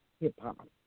hip-hop